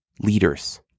leaders